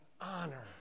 honor